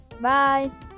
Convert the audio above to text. Bye